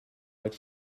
like